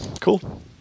Cool